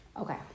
Okay